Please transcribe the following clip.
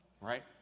right